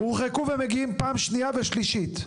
הורחקו ומגיעים פעם שנייה ושלישית.